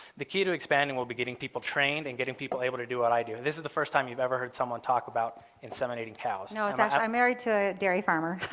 the key to expanding will be getting people trained and getting people able to do what i do. this is the first time you've ever heard someone talk about inseminating cows. no, it's actually i'm married to dairy farmer.